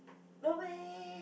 no meh